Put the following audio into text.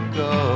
go